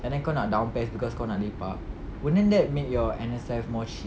and then kau nak down PES because kau nak lepak wouldn't that make your N_S life more shit